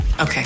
Okay